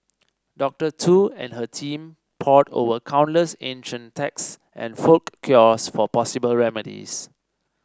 Doctor Tu and her team pored over countless ancient texts and folk cures for possible remedies